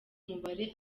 umubare